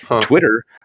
Twitter